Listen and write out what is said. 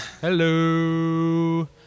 Hello